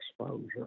exposure